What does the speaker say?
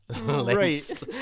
Right